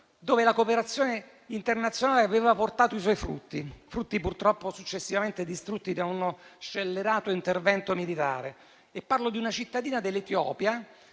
dove la cooperazione internazionale aveva portato i suoi frutti, purtroppo successivamente distrutti da uno scellerato intervento militare. Parlo di un piccolo villaggio dell'Etiopia,